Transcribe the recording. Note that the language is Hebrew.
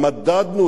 ומדדנו את זה,